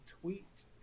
tweet